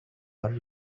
are